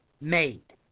made